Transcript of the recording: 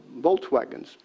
Volkswagens